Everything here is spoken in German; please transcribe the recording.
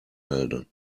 melden